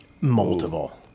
Multiple